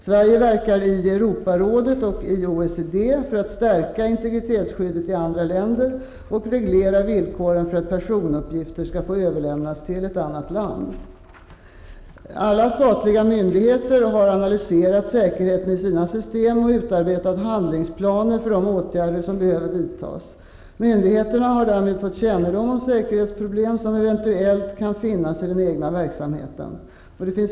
Sverige verkar i Europarådet och i OECD för att stärka integritetsskyddet i andra länder och reglera villkoren för att personuppgifter skall få överföras till annat land. Alla statliga myndigheter har analyserat säkerheten i sina system och utarbetat handlingsplaner för de åtgärder som behöver vidtas. Myndigheterna har därmed fått kännedom om säkerhetsproblem som eventuellt kan finnas i den egna verksamheten.